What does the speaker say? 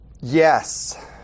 Yes